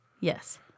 Yes